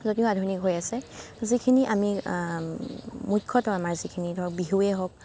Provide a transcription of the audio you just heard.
যদিও আধুনিক হৈ আছে যিখিনি আমি মুখ্যতঃ আমাৰ যিখিনি ধৰক বিহুৱেই হওক